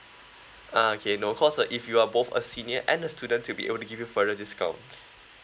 uh okay no because uh if you are both a senior and a student we'll be able to give you further discounts